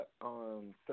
on